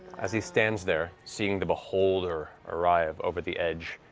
as he stands there, seeing the beholder arrive over the edge,